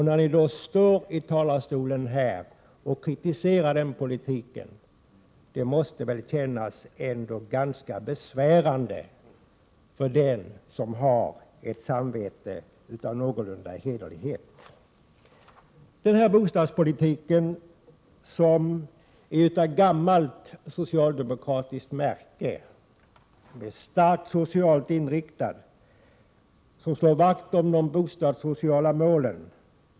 När ni står här i talarstolen och kritiserar vår politik, måste det väl ändå kännas ganska besvärande för dem som har ett någorlunda hederligt samvete. Den bostadspolitik som ni kritiserar är av gammalt socialdemokratiskt märke. Den är starkt socialt inriktad och den slår vakt om de bostadssociala målen.